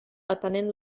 atenent